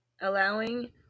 allowing